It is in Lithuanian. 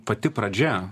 pati pradžia